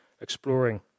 exploring